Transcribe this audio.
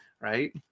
right